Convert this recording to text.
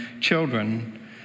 children